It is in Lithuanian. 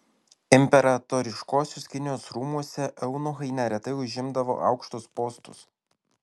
imperatoriškosios kinijos rūmuose eunuchai neretai užimdavo aukštus postus